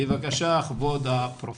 בבקשה כבוד הפרופסור.